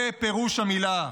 זה פירוש המילה.